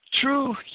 True